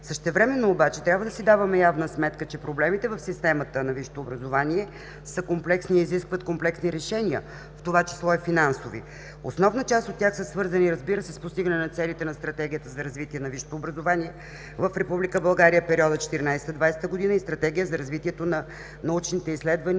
Същевременно обаче трябва да си даваме явна сметка, че проблемите в системата на висшето образование са комплексни и изискват комплексни решения, в това число и финансови. Основна част от тях са свързани, разбира се, с постигане на целите на Стратегията за развитие на висшето образование в Република България – периодът 2014 – 2020 г., и Стратегия за развитието на научните изследвания